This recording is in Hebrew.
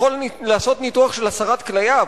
אתה יכול לעשות ניתוח של הסרת כליה,